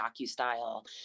docu-style